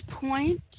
point